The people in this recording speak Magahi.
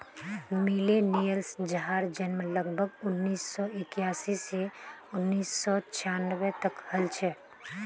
मिलेनियल्स जहार जन्म लगभग उन्नीस सौ इक्यासी स उन्नीस सौ छानबे तक हल छे